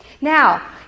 Now